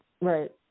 Right